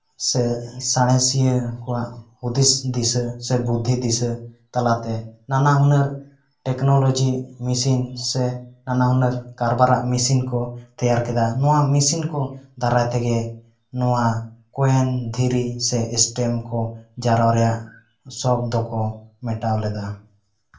ᱥᱮ ᱥᱟᱬᱮᱥᱤᱭᱟᱹ ᱠᱚᱣᱟᱜ ᱦᱩᱫᱤᱥ ᱫᱤᱥᱟᱹ ᱥᱮ ᱵᱩᱫᱽᱫᱷᱤ ᱫᱤᱥᱟᱹ ᱛᱟᱞᱟᱛᱮ ᱱᱟᱱᱟ ᱦᱩᱱᱟᱹᱨ ᱴᱮᱠᱱᱳᱞᱚᱡᱤ ᱢᱮᱹᱥᱤᱱ ᱥᱮ ᱱᱟᱱᱟ ᱦᱩᱱᱟᱹᱨ ᱠᱟᱨᱵᱟᱨᱟᱜ ᱢᱮᱹᱥᱤᱱ ᱠᱚ ᱛᱮᱭᱟᱨ ᱠᱮᱫᱟ ᱱᱚᱣᱟ ᱢᱮᱹᱥᱤᱱ ᱠᱚ ᱫᱟᱨᱟᱭ ᱛᱮᱜᱮ ᱱᱚᱣᱟ ᱠᱚᱭᱮᱱ ᱫᱷᱤᱨᱤ ᱥᱮ ᱮᱥᱴᱮᱢ ᱠᱚ ᱡᱟᱣᱨᱟ ᱨᱮᱭᱟᱜ ᱥᱚᱠᱷ ᱫᱚᱠᱚ ᱢᱮᱴᱟᱣ ᱞᱮᱫᱟ